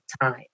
time